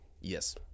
Yes